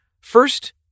First